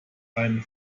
einen